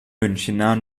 münchener